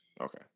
Okay